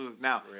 Now